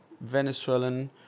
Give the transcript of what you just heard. Venezuelan